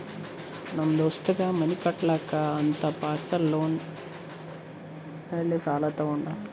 ನಮ್ ದೋಸ್ತಗ್ ಮನಿ ಕಟ್ಟಲಾಕ್ ಅಂತ್ ಪರ್ಸನಲ್ ಲೋನ್ ಮ್ಯಾಲೆ ಸಾಲಾ ತಂದಾನ್